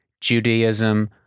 Judaism